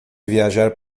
viajar